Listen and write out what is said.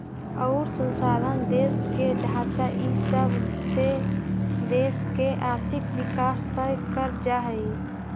अउर संसाधन, देश के ढांचा इ सब से देश के आर्थिक विकास तय कर जा हइ